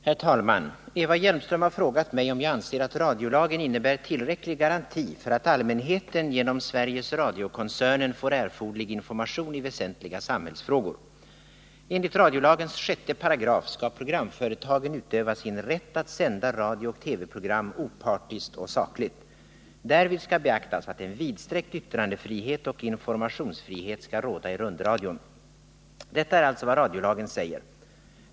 Herr talman! Eva Hjelmström har frågat mig om jag anser att radiolagen innebär tillräcklig garanti för att allmänheten genom SR-koncernen får erforderlig information i väsentliga samhällsfrågor. Enligt radiolagens 6 § skall programföretagen utöva sin rätt att sända radiooch TV-program opartiskt och sakligt. Därvid skall beaktas att en vidsträckt yttrandefrihet och informationsfrihet skall råda i rundradion. Detta är alltså vad radiolagen säger.